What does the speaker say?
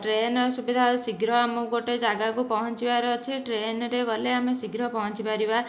train ସୁବିଧା ଶୀଘ୍ର ଆମକୁ ଗୋଟିଏ ଜାଗାକୁ ପହଞ୍ଚିବାର ଅଛି ଟ୍ରେନ୍ରେ ଗଲେ ଆମେ ଶୀଘ୍ର ପହଞ୍ଚି ପାରିବା